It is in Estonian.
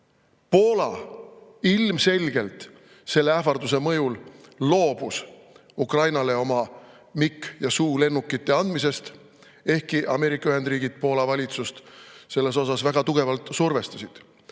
Poola ilmselgelt selle ähvarduse mõjul loobus Ukrainale oma MiG‑ ja Su‑lennukite andmisest, ehkki Ameerika Ühendriigid Poola valitsust selleks väga tugevalt survestasid.